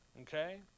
Okay